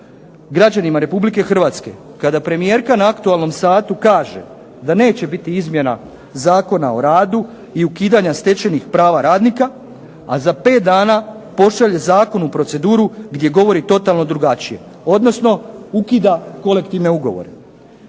građanima RH kada premijerka na aktualnom satu kaže da neće biti izmjena Zakona o radu i ukidanja stečenih prava radnika, a za 5 dana pošalje zakon u proceduru gdje govori totalno drugačije, odnosno ukida kolektivne ugovore.